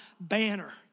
banner